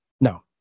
No